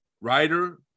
writer